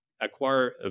acquire